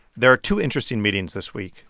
there are two interesting meetings this week.